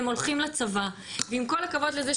הם הולכים לצבא ועם כל הכבוד לזה,